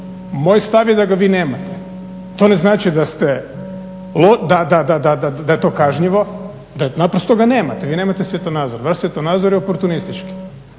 moj stav je da ga vi nemate. To ne znači da ste, da je to kažnjivo. Naprosto ga nemate, vi nemate svjetonazor. Vaš svjetonazor je oportunistički.